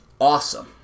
awesome